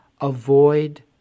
avoid